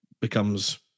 becomes